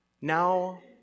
now